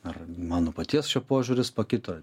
ar mano paties čia požiūris pakito